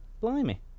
Blimey